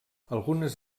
algunes